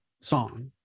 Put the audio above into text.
song